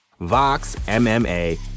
VoxMMA